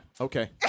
Okay